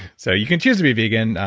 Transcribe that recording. so you can choose to be vegan,